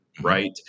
Right